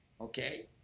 Okay